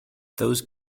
those